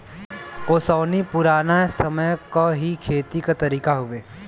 ओसैनी पुराने समय क ही खेती क तरीका हउवे